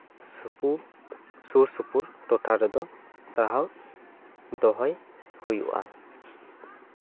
ᱥᱩᱯᱩᱨ ᱥᱩᱨᱼᱥᱩᱯᱩᱨ ᱴᱚᱴᱷᱟ ᱨᱮᱫᱚ ᱥᱟᱦᱟᱣ ᱫᱚᱦᱚᱭ ᱦᱩᱭᱩᱜᱼᱟ